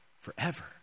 forever